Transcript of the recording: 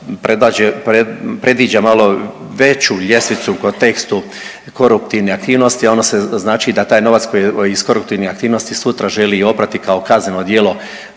predviđa malo veću ljestvicu u kontekstu koruptivnih aktivnosti, a onda se znači da taj novac koji je iz koruptivnih aktivnosti sutra želi i oprati kao kazneno djelo